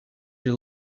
your